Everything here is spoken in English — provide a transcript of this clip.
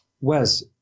Wes